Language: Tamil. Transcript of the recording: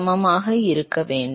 சமமாக இருக்க வேண்டும்